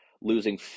losing